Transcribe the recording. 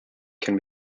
can